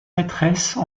maîtresses